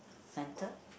centre